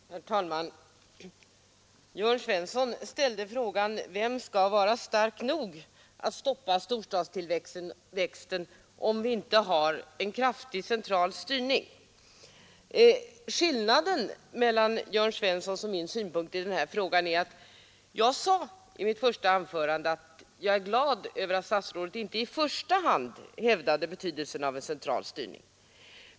Herr talman! Jörn Svensson ställde frågan: Vem skall vara stark nog att stoppa storstadstillväxten om vi inte har en kraftig central styrning? Skillnaden mellan Jörn Svenssons och min synpunkt i denna fråga är som jag sade i mitt första anförande att jag är glad över att statsrådet inte i första hand hävdade betydelsen av en central styrning.